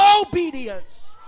obedience